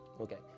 Okay